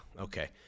Okay